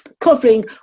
covering